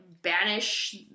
banish